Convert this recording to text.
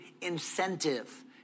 incentive